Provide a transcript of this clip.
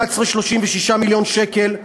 36 מיליון שקל,